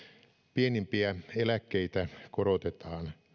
pienimpiä eläkkeitä korotetaan